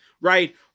right